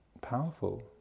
powerful